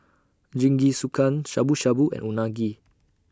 Jingisukan Shabu Shabu and Unagi